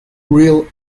real